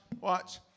watch